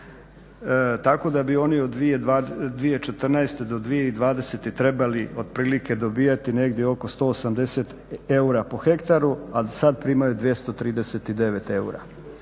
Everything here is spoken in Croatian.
tako da bi oni od 2014. do 2020. trebali otprilike dobivati negdje oko 180 eura po hektaru, a do sada primaju 239 eura.